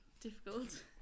Difficult